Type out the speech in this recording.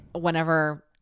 whenever